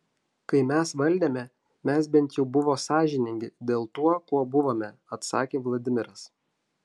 kai mes valdėme mes bent jau buvo sąžiningi dėl tuo kuo buvome atsakė vladimiras